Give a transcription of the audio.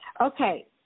Okay